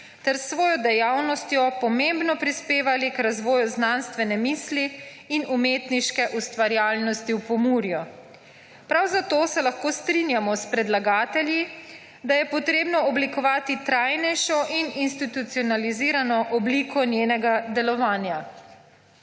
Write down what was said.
ter s svojo dejavnostjo pomembno prispevali k razvoju znanstvene misli in umetniške ustvarjalnosti v Pomurju. Prav zato se lahko strinjamo s predlagatelji, da je potrebno oblikovati trajnejšo in institucionalizirano obliko njenega delovanja.